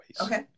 Okay